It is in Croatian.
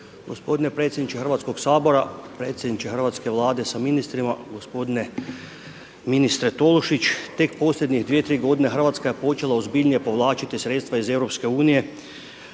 Gospodine predsjedniče Hrvatskog sabora, predsjedniče hrvatske vlade sa ministrima gospodine ministre Tolušić. Tek posljednje 2, 3 g. Hrvatska je počela ozbiljnije povlačiti sredstva iz EU,